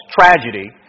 tragedy